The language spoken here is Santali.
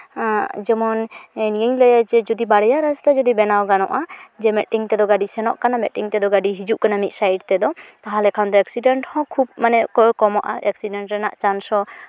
ᱡᱮᱢᱚᱱ ᱤᱧ ᱞᱟᱹᱭᱟ ᱡᱮ ᱡᱩᱫᱤ ᱵᱟᱨᱭᱟ ᱨᱟᱥᱛᱟ ᱡᱩᱫᱤ ᱵᱮᱱᱟᱣ ᱜᱟᱱᱚᱜᱼᱟ ᱡᱮ ᱢᱤᱫᱴᱮᱱ ᱛᱮᱫᱚ ᱜᱟᱹᱰᱤ ᱥᱮᱱᱚᱜ ᱠᱟᱱᱟ ᱢᱤᱫᱴᱮᱱ ᱛᱮᱫᱚ ᱜᱟᱹᱰᱤ ᱦᱤᱡᱩᱜ ᱠᱟᱱᱟ ᱢᱤᱫ ᱥᱟᱭᱤᱰ ᱛᱮᱫᱚ ᱛᱟᱦᱞᱮᱠᱷᱟᱱ ᱫᱚ ᱮᱠᱥᱤᱰᱮᱱᱴ ᱦᱚᱸ ᱠᱷᱩᱵᱽ ᱢᱱᱮ ᱠᱚᱢᱚᱜᱼᱟ ᱮᱠᱥᱤᱰᱮᱱᱴ ᱨᱮᱱᱟᱜ ᱪᱟᱱᱥ ᱦᱚᱸ